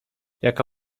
jaka